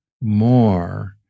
more